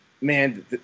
man